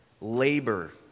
labor